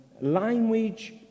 language